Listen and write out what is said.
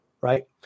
right